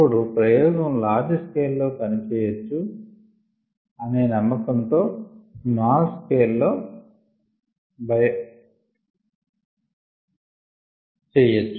అప్పుడు ప్రయోగం large scale లో పని చేయొచ్చు అనే నమ్మకంతో స్మాల్ స్కెల్ లో చెయ్యొచ్చు